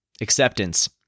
Acceptance